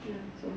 ya so